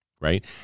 Right